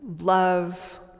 love